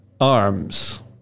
arms